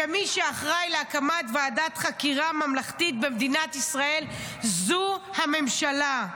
שמי שאחראי להקמת ועדת חקירה ממלכתית במדינת ישראל זו הממשלה.